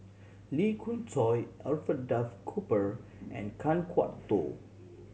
Lee Khoon Choy Alfred Duff Cooper and Kan Kwok Toh